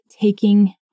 taking